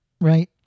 right